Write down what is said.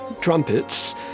trumpets